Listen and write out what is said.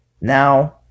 Now